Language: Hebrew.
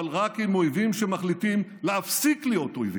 אבל רק עם אויבים שמחליטים להפסיק להיות אויבים.